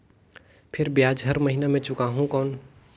फिर ब्याज हर महीना मे चुकाहू कौन?